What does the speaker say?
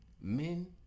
Men